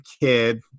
kid